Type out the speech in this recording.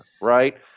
right